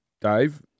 Dave